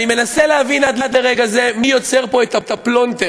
אני מנסה להבין עד לרגע זה מי יוצר פה את הפלונטר,